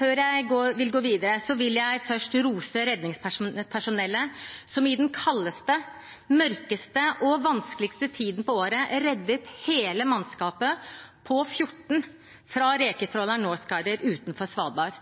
Før jeg går videre, vil jeg først rose redningspersonellet som i den kaldeste, mørkeste og vanskeligste tiden på året reddet hele mannskapet på 14 fra reketråleren «Northguider» utenfor Svalbard.